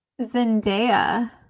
Zendaya